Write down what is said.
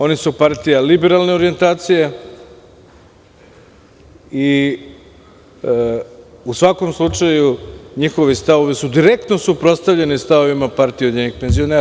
Oni su partija liberalne orijentacije, i u svakom slučaju njihovi stavovi su direktno suprotstavljeni stavovima PUPS.